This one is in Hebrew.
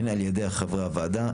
הן על ידי חברי הוועדה,